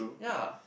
ya